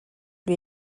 lui